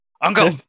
Uncle